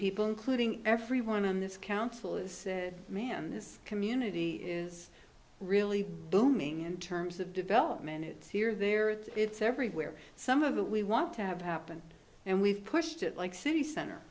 people including everyone on this council is a man this community is really booming in terms of development it's here there it's everywhere some of it we want to have happen and we've pushed it like city center